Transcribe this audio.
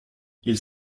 ils